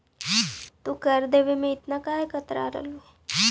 तू कर देवे में इतना कतराते काहे हु